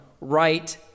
right